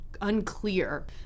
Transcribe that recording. unclear